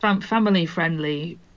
family-friendly